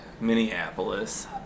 Minneapolis